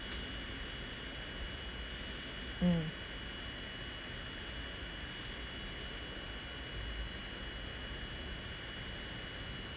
mm